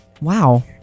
Wow